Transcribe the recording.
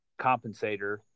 compensator